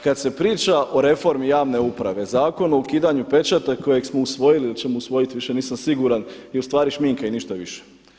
Kad se priča o reformi javne uprave, Zakon o ukidanju pečata kojeg smo usvojili ili ćemo usvojiti više nisam siguran je u stvari šminka i ništa više.